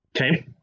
Okay